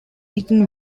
eaten